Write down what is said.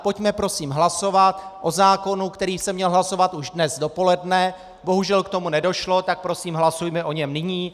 Pojďme prosím hlasovat o zákonu, který se měl hlasovat už dnes dopoledne, bohužel k tomu nedošlo, tak prosím hlasujme o něm nyní.